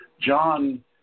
John